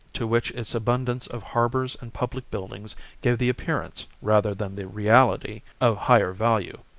to which its abundance of harbours and public buildings gave the appearance rather than the reality of higher value,